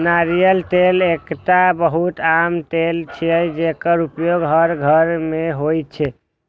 नारियल तेल एकटा बहुत आम तेल छियै, जेकर उपयोग हर घर मे होइ छै